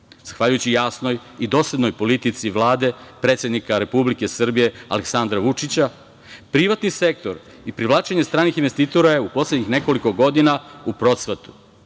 dostupni. Zahvaljujući jasnoj i doslednoj politici Vlade i predsednika Republike Srbije Aleksandra Vučića, privatni sektor i privlačenje stranih investitora je u poslednjih nekoliko godina u procvatu.